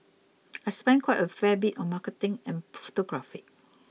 I spend quite a fair bit on marketing and photography